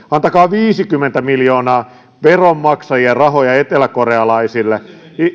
antakaa viisikymmentä miljoonaa veronmaksajien rahoja eteläkorealaisille